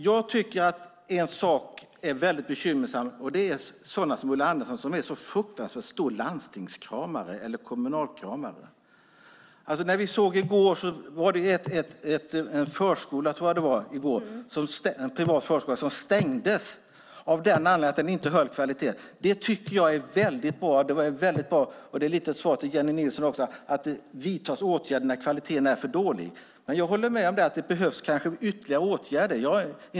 Fru talman! Någonting som är väldigt bekymmersamt är att en sådan som Ulla Andersson är en så fruktansvärt stor kommunalkramare. I går kunde vi se på nyheterna att en privat förskola stängts därför att den inte hållit en bra kvalitet. Det är väldigt bra - lite grann är detta också ett svar till Jennie Nilsson - att åtgärder vidtas när kvaliteten är för dålig. Jag håller med om att det kanske behövs ytterligare åtgärder.